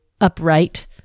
upright